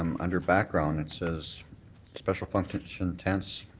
um under background, it says special function tents,